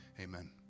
amen